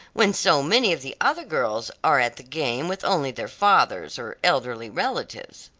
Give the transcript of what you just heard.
when so many of the other girls are at the game with only their fathers, or elderly relatives.